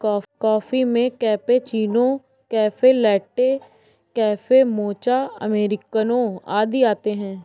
coffee में cappuccino, caffe latte, caffe mocha, americano आदि आते है